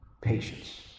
Patience